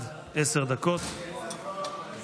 בפסק דין של בית